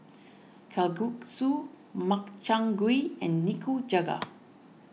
Kalguksu Makchang Gui and Nikujaga